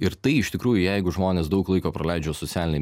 ir tai iš tikrųjų jeigu žmonės daug laiko praleidžia socialinėj